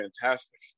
fantastic